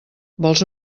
vols